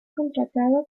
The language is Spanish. contratado